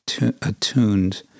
attuned